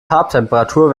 farbtemperatur